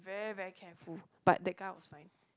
she very very careful but that guy was fine